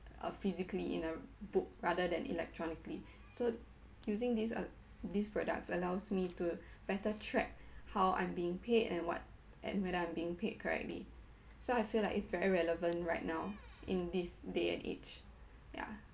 uh physically in a book rather than electronically so using this uh these products allows me to better track how I'm being paid and what and whether I'm being paid correctly so I feel like it's very relevant right now in this day and age ya